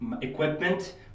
equipment